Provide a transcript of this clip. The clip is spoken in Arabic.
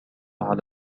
على